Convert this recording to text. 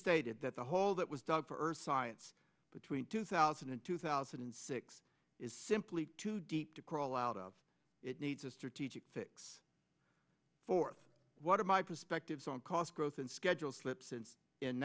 stated that the hole that was dug for earth science between two thousand and two thousand and six is simply too deep to crawl out of it needs a strategic fix fourth one of my perspectives on cost growth and schedule slip since